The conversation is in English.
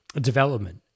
development